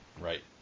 Right